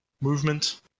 movement